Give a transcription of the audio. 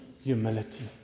humility